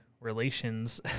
relations